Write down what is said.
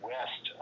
West